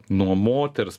nuo moters